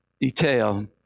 detail